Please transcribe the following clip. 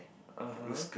(uh huh)